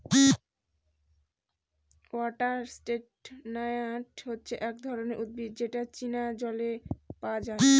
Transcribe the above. water chestnut হচ্ছে এক ধরনের উদ্ভিদ যেটা চীনা জলে পাওয়া যায়